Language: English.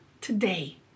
today